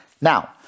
Now